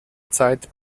zeit